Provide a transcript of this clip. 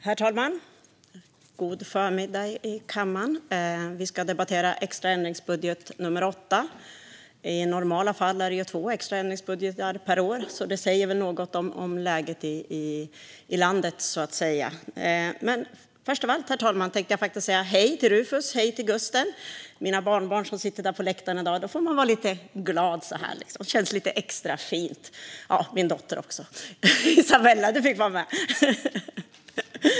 Herr talman! God förmiddag i kammaren! Vi ska debattera extra ändringsbudget nummer 8. I normala fall är det två extra ändringsbudgetar per år, så det säger väl något om läget i landet. Men först av allt, herr talman, tänkte jag faktiskt säga hej till Rufus och Gusten, mina barnbarn som sitter på läktaren i dag. Då får man vara lite glad. Det känns lite extra fint. Min dotter Isabella är också med.